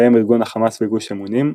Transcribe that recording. בהם ארגון החמאס וגוש אמונים,